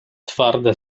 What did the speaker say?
twarde